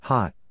Hot